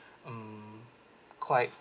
mm quite